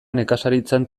nekazaritzan